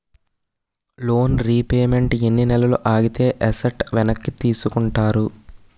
Loan repayment ఎన్ని నెలలు ఆగితే ఎసట్ వెనక్కి తీసుకుంటారు?